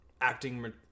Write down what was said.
acting